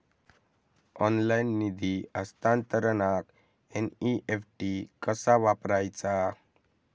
Online निधी हस्तांतरणाक NEFT कसा वापरायचा?